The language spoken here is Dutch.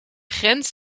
grens